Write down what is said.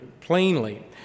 plainly